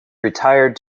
retired